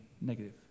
negative